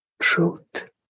truth